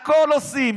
הכול עושים.